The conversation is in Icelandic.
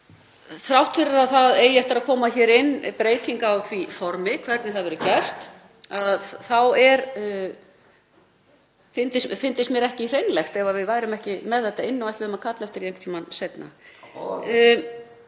þrátt fyrir að koma eigi inn breyting á því formi, hvernig það verði gert, þá fyndist mér ekki hreinlegt ef við værum ekki með þetta inni og ætluðum að kalla eftir því einhvern tíma seinna.